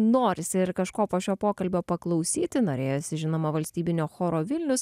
norisi ir kažko po šio pokalbio paklausyti norėjosi žinoma valstybinio choro vilnius